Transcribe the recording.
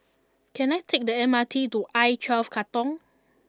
can I take the M R T to I Twelve Katong